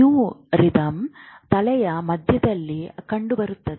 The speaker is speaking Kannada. ಮು ರಿದಮ್ ತಲೆಯ ಮಧ್ಯದಲ್ಲಿ ಕಂಡುಬರುತ್ತದೆ